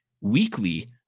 weekly